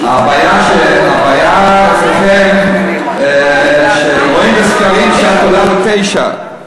הבעיה אצלכם שרואים בסקרים שאת עולה לתשע.